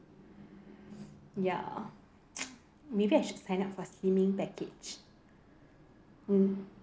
ya maybe I should sign up for slimming package mm